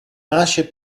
nasce